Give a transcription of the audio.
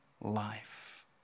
life